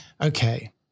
Okay